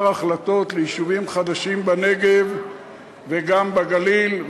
החלטות על יישובים חדשים בנגב וגם בגליל.